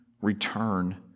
return